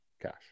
Cash